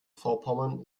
vorpommern